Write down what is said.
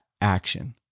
action